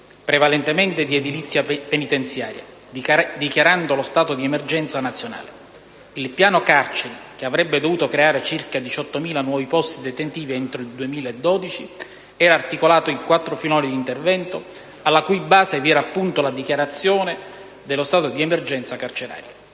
prevalentemente di edilizia penitenziaria, dichiarando lo stato di emergenza nazionale. Il piano carceri, che avrebbe dovuto creare circa 18.000 nuovi posti detentivi entro il 2012, era articolato in quattro filoni di interventi, alla cui base vi era appunto la dichiarazione dello stato di emergenza carceraria.